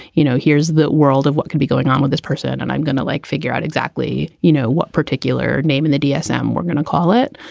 you know, here's the world of what can be going on with this person. and i'm going to like figure out exactly, you know, what particular name in the dsm we're going to call it.